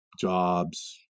jobs